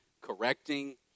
correcting